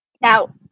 Now